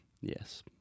Yes